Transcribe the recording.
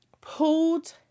pulled